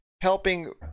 helping